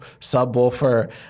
subwoofer